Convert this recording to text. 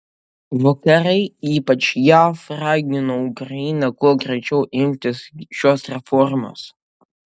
vakarai ypač jav ragino ukrainą kuo greičiau imtis šios reformos